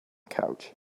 couch